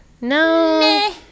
no